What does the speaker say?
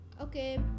okay